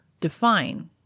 define